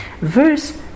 verse